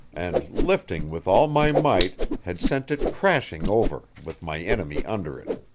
and, lifting with all my might, had sent it crashing over with my enemy under it.